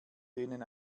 denen